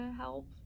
help